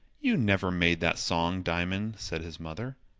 you never made that song, diamond, said his mother.